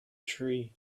tree